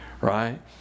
right